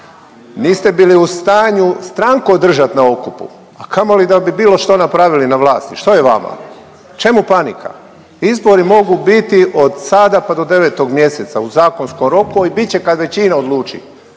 Niste bili u stanju stranku održati na okupu, a kamoli da bi bilo što napravili na vlasti. Što je vama? Čemu panika? Izbori mogu biti odsada pa do 9. mjeseca u zakonskom roku i bit će kad većina odluči,